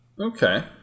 Okay